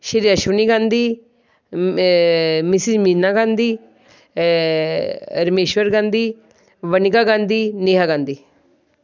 Shri Ashwani Gandhi Mrs Meena Gandhi Rameshwar Gandhi Vanika Gandhi Neha Gandhi